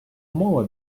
мова